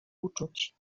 uczuć